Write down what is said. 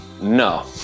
No